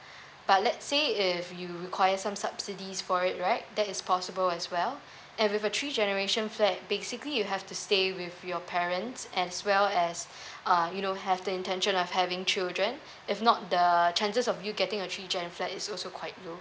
but let's say if you require some subsidies for it right that is possible as well and with a three generation flat basically you have to stay with your parents as well as uh you know have the intention of having children if not the chances of you getting a three gen flat is also quite low